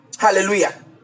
Hallelujah